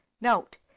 Note